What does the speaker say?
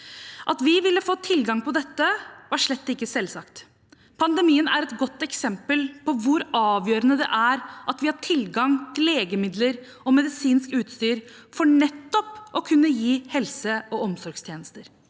At vi ville få tilgang på dette, var slett ikke selvsagt. Pandemien er et godt eksempel på hvor avgjørende det er at vi har tilgang til legemidler og medisinsk utstyr for å kunne gi helse- og omsorgstjenester.